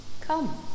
come